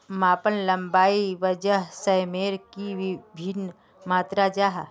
मापन लंबाई वजन सयमेर की वि भिन्न मात्र जाहा?